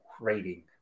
rating